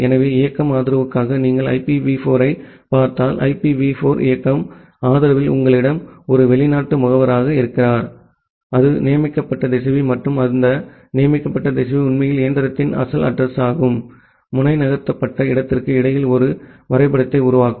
எனவே இயக்கம் ஆதரவுக்காக நீங்கள் ஐபிவி 4 ஐப் பார்த்தால் ஐபிவி 4 இயக்கம் ஆதரவில் உங்களிடம் ஒரு வெளிநாட்டு முகவர் இருக்கிறார் அது ஒரு நியமிக்கப்பட்ட திசைவி மற்றும் அந்த நியமிக்கப்பட்ட திசைவி உண்மையில் இயந்திரத்தின் அசல் அட்ரஸிங்க்கும் முனை நகர்த்தப்பட்ட இடத்திற்கும் இடையில் ஒரு வரைபடத்தை உருவாக்கும்